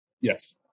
Yes